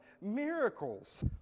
miracles